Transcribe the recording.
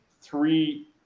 three